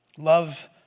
Love